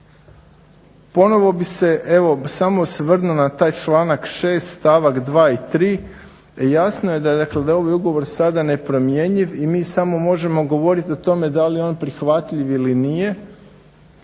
Ponovo bih se evo samo osvrnuo na taj članak 6. stavak 2. i 3., jasno je dakle da je ovaj ugovor sada nepromjenjiv i mi samo možemo govoriti o tome da li je on prihvatljiv ili nije.